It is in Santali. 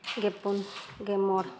ᱜᱮ ᱯᱩᱱ ᱜᱮ ᱢᱚᱬ